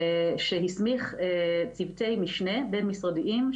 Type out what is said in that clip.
שהסמיך צוותי משנה בין משרדיים,